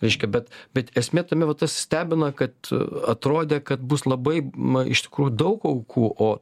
reiškia bet bet esmė tame vat tas stebina kad atrodė kad bus labai man iš tikrųjų daug aukų o